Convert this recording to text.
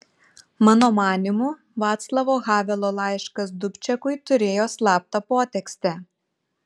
mano manymu vaclavo havelo laiškas dubčekui turėjo slaptą potekstę